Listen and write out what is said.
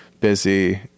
busy